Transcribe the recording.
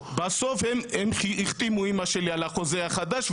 בסוף הם החתימו את אמא שלי על החוזה החדש,